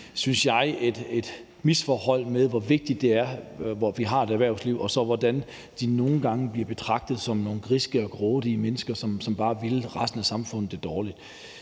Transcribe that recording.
misforhold, i forhold til hvor vigtigt det er, at vi har et erhvervsliv, og så hvordan de nogle gange bliver betragtet som nogle griske og grådige mennesker, som bare vil resten af samfundet det dårligt.